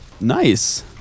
Nice